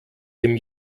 dem